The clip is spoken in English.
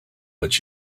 but